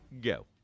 go